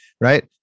right